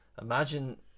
Imagine